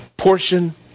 portion